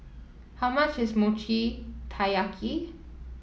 how much is Mochi Taiyaki